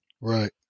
Right